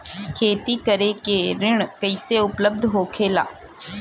खेती करे के ऋण कैसे उपलब्ध होखेला?